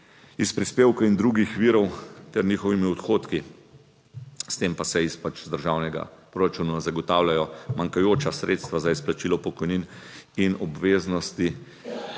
iz prispevkov in drugih virov ter njihovimi odhodki, s tem pa se iz državnega proračuna zagotavljajo manjkajoča sredstva za izplačilo pokojnin in obveznosti